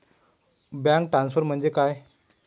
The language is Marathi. बँक ट्रान्सफर म्हणजे काय?